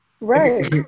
right